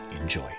enjoy